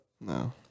No